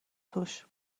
توش